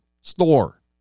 store